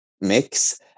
mix